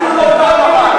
אתם לא יודעים לקרוא.